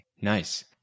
Nice